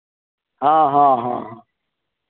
हँ हँ हँ